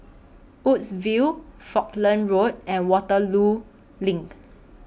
Woodsville Falkland Road and Waterloo LINK